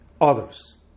others